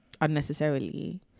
unnecessarily